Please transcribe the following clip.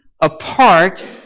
apart